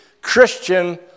Christian